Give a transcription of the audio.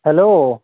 hello